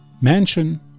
Mansion